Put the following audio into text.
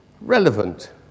relevant